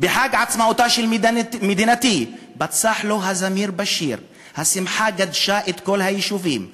בחג עצמאותה של מדינתי/ פצח לו הזמיר בשיר/ השמחה גדשה את כל היישובים/